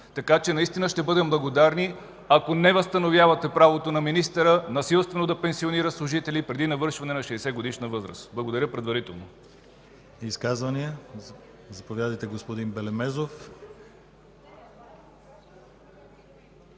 Наистина ще бъдем благодарни, ако не възстановявате правото на министъра насилствено да пенсионира служители преди навършване на 60-годишна възраст. Благодаря предварително.